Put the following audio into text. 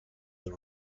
they